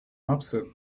upset